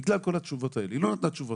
בגלל כל התשובות האלה היא לא נתנה תשובות.